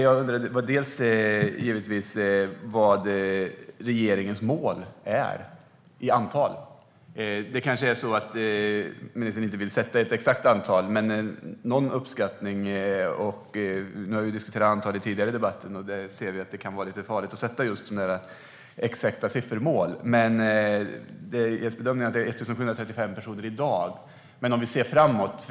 Jag undrar vad regeringens mål är i antal. Ministern kanske inte vill sätta ett exakt antal. Men finns det någon uppskattning? Vi har diskuterat antal tidigare i debatten, och vi ser att det kan vara lite farligt att sätta just exakta siffermål. Men det är regeringens bedömning att det är 1 735 personer i dag. Men vi kan se framåt.